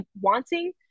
wanting